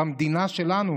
במדינה שלנו,